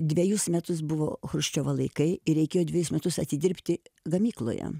dvejus metus buvo chruščiovo laikai ir reikėjo dvejus metus atidirbti gamykloje